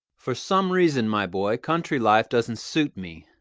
for some reason, my boy, country life doesn't suit me,